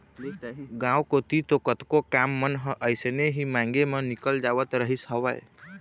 गांव कोती तो कतको काम मन ह अइसने ही मांगे म निकल जावत रहिस हवय